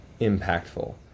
impactful